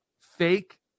fake